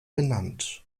benannt